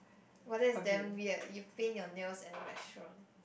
!wah! that is damn weird you paint your nails at the restaurant